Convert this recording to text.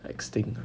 extinct